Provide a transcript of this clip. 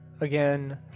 again